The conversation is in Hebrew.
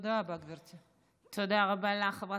תודה רבה, גברתי.